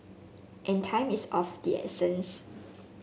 and time is of the essence